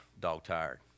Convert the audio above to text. dog-tired